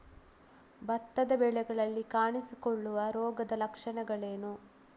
ಭತ್ತದ ಬೆಳೆಗಳಲ್ಲಿ ಕಾಣಿಸಿಕೊಳ್ಳುವ ರೋಗದ ಲಕ್ಷಣಗಳೇನು?